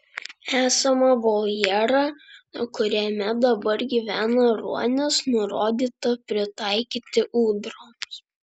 esamą voljerą kuriame dabar gyvena ruonis nurodyta pritaikyti ūdroms